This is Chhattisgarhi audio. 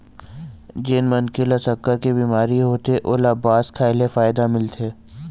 जेन मनखे ल सक्कर के बिमारी होथे ओला बांस खाए ले फायदा मिलथे